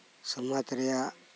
ᱥᱚᱢᱟᱡᱽ ᱨᱮᱭᱟᱜ